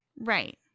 Right